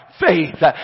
faith